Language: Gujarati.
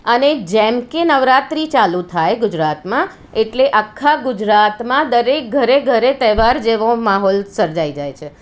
અને જેમકે નવરાત્રિ ચાલું થાય ગુજરાતમાં એટલે આખા ગુજરાતમાં દરેક ઘરે ઘરે તહેવાર જેવો માહોલ સર્જાઇ જાય છે